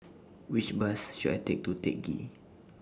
Which Bus should I Take to Teck Ghee